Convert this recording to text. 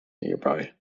nearby